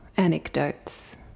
Anecdotes